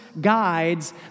guides